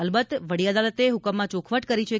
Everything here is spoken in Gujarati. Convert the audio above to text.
અલબત વડી અદાલતે હુકમમાં ચોખવાટ કરી છે